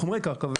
לחומרי נפץ.